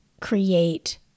create